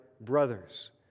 brothers